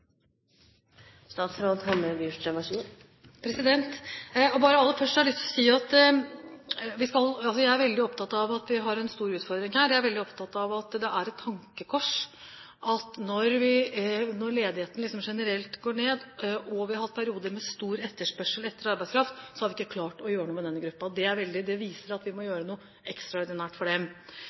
Bare aller først har jeg lyst til å si at vi har en stor utfordring her. Jeg er veldig opptatt av å si at det er et tankekors at når ledigheten generelt går ned, og vi har hatt perioder med stor etterspørsel etter arbeidskraft, har vi ikke klart å gjøre noe med denne gruppen. Det viser at vi må gjøre noe ekstraordinært for dem.